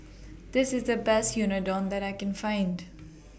This IS The Best Unadon that I Can Find